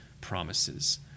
promises